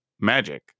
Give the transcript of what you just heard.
magic